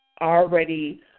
already